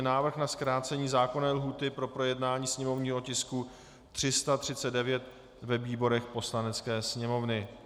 Návrh na zkrácení zákonné lhůty pro projednání sněmovního tisku 339 ve výborech Poslanecké sněmovny